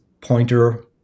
pointer